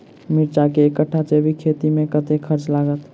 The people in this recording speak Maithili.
मिर्चा केँ एक कट्ठा जैविक खेती मे कतेक खर्च लागत?